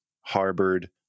harbored